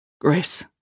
Grace